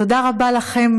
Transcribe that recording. תודה רבה לכם,